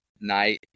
night